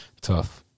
Tough